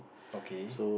okay